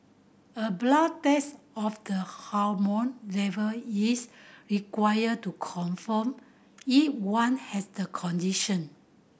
a blood test of the hormone level is required to confirm if one has the condition